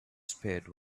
spared